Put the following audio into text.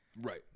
Right